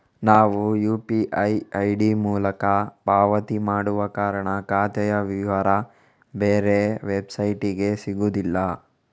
ನಾವು UPI ID ಮೂಲಕ ಪಾವತಿ ಮಾಡುವ ಕಾರಣ ಖಾತೆಯ ವಿವರ ಬೇರೆ ವೆಬ್ಸೈಟಿಗೆ ಸಿಗುದಿಲ್ಲ